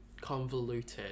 convoluted